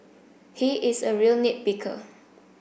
he is a real nit picker